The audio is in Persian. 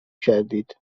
کردید